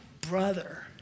brother